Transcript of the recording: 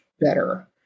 better